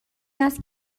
است